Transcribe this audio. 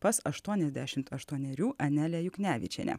pas aštuoniasdešimt aštuonerių anelę juknevičienę